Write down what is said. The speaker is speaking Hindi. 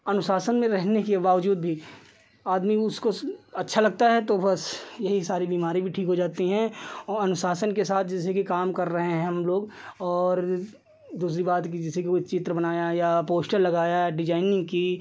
अनुशासन में रहने के बावजूद आदमी उसको अच्छा लगता है तो बस यही सारी बीमारी भी ठीक हो जाती है और अनुशासन के साथ जैसे कि काम कर रहे हैं हमलोग और दूसरी बात कि जैसे कोई चित्र बनाया या पोस्टर लगाया या डिज़ाइनिन्ग की